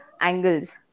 angles